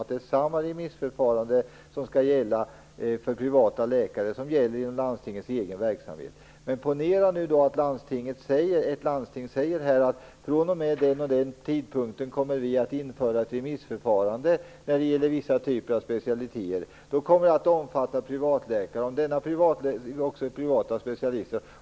Det är samma remissförfarande som skall gälla för privata läkare som gäller för landstingets egen verksamhet. Men ponera att ett landsting säger att det från och med en viss tidpunkt kommer att införas ett remissförfarande när det gäller vissa typer att specialister. Då kommer det att omfatta också privata specialister.